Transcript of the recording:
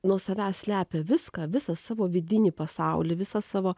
nuo savęs slepia viską visą savo vidinį pasaulį visą savo